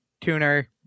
tuner